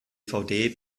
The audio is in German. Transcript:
dvd